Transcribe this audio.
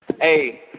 Hey